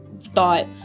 thought